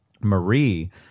Marie